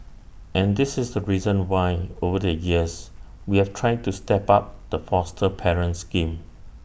and this is the reason why over the years we have tried to step up the foster parent scheme